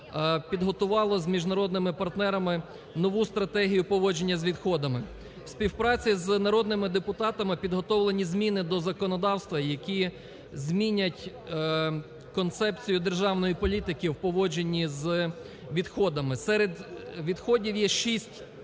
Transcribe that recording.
підготувало з міжнародними партнерами нову стратегію поводження з відходами; в співпраці з народними депутатами підготовлені зміни до законодавства, які змінять концепцію державної політики з поводженні з відходами. Серед відходів є шість